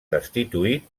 destituït